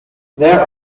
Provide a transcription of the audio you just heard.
there